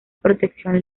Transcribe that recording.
protección